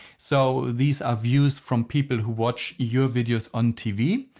so these are views from people who watch your videos on tv.